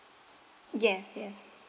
yes yes